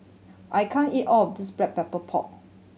I can't eat all of this Black Pepper Pork